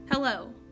Hello